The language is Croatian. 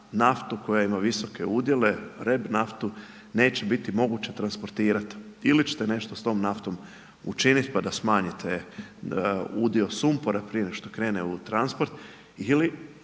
naftu koja ima visoke udjele, reb-naftu neće biti moguće transportirati, ili će te nešto s tom naftom učinit pa da smanjite udio sumpora prije nego što krene u transport, ili